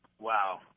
Wow